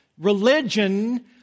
Religion